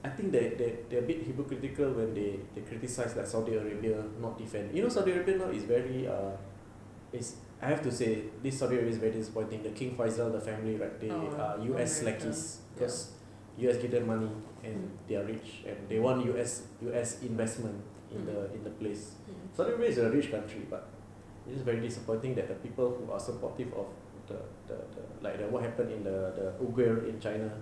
I think that that they are a bit hypocritical when they they criticise like saudi arabia not defend you know saudi arabia now it's very err it's I have to say this saudi arabia very disappointing the king faisal the family like pay U_S slackers U_S give them money and they are rich and they want U_S U_S investment in the in the place saudi arabia is a rich country but this is very disappointing that the people who are supportive of the the the like what happened in the programme in china